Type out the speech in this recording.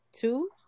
two